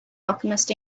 alchemist